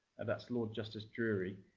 ah that's lord justice drury,